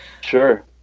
Sure